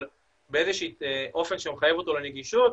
באיזה שהוא אופן שמחייב אותו לנגישות,